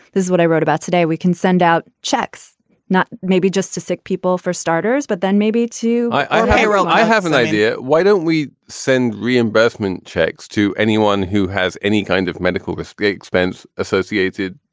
this is what i wrote about today. we can send out checks not maybe just to sick people for starters, but then maybe too i know i have an idea. why don't we send reimbursement checks to anyone who has any kind of medical risk, great expense associated?